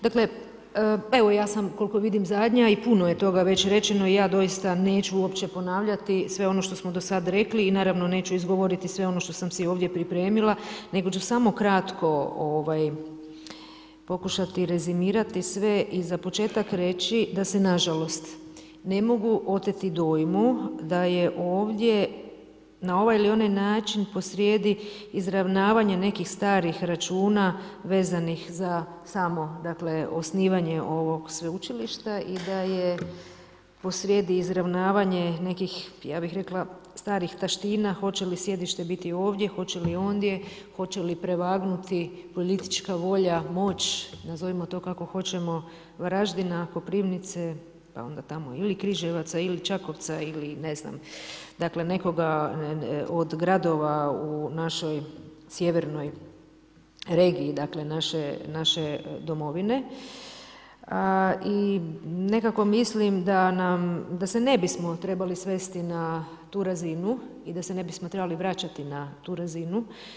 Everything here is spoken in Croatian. Dakle, evo ja sam koliko vidim zadnja i puno je toga već rečeno, ja doista neću uopće ponavljati sve ono što smo do sada rekli i naravno neću izgovoriti sve ono što sam si ovdje pripremila, nego ću samo kratko pokušati rezimirati sve i za početak reći da se nažalost ne mogu oteti dojmu da je ovdje na ovaj ili onaj način posrijedi izravnavanje nekih starih računa vezanih za samo osnivanje ovog sveučilišta i da je posrijedi izravnavanje starih taština, hoće li sjedište biti ovdje, hoće li ondje, hoće li prevagnuti politička volja, moć, nazovimo to kako hoćemo Varaždina, Koprivnice, pa onda ili Križevaca ili Čakovca ili ne znam, dakle nekoga od gradova u našoj sjevernoj regiji naše domovine i nekako mislim da se ne bismo trebali svesti na tu razinu i da se ne bismo trebali vraćati na tu razinu.